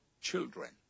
children